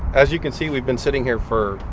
as you can see we've been sitting here for,